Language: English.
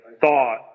thought